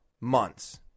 months